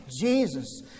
Jesus